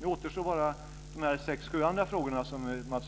Nu återstår bara de sex sju andra frågor som Mats